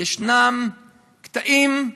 יש קטעים,